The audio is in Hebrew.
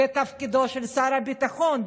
זה תפקידו של שר הביטחון,